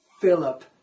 Philip